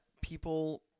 people